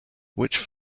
which